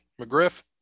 McGriff